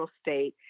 state